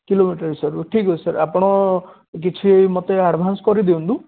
kilometre ହିସାବରେ ଠିକ୍ ଅଛି ସାର୍ ଆପଣ କିଛି ମୋତେ ଆଡ଼୍ଭାନ୍ସ୍ କରିଦିଅନ୍ତୁ